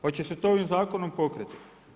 Hoće se to ovim zakonom pokriti?